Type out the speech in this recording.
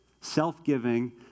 self-giving